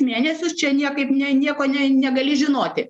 mėnesius čia niekaip ne nieko nei negali žinoti